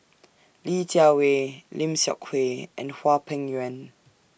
Li Jiawei Lim Seok Kui and Hwang Peng Yuan